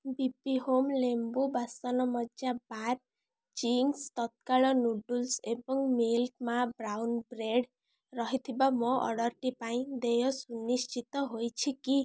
ବିବି home ଲେମ୍ବୁ ବାସନମଜା bar Ching's ତତ୍କାଳ ନୁଡ଼ୁଲ୍ସ୍ ଏବଂ ମିଲ୍କ ବ୍ରାଉନ୍ ବ୍ରେଡ଼୍ ରହିଥିବା ମୋ ଅର୍ଡ଼ର୍ଟି ପାଇଁ ଦେୟ ସୁନିଶ୍ଚିତ ହୋଇଛି କି